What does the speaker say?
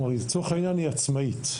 לצורך העניין היא עצמאית,